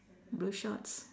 blue shorts